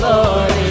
Lord